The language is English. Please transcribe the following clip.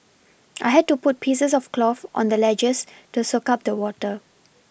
I had to put pieces of cloth on the ledges to soak up the water